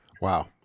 Wow